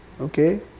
okay